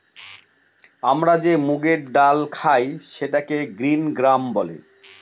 আমরা যে মুগের ডাল খায় সেটাকে গ্রিন গ্রাম বলে